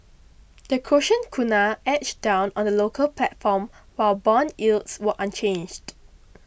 the Croatian kuna edged down on the local platform while bond yields were unchanged